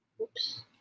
Oops